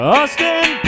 Austin